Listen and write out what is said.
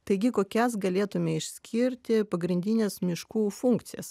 taigi kokias galėtume išskirti pagrindines miškų funkcijas